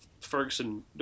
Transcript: Ferguson